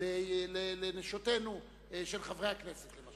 לנשות חברי הכנסת, למשל.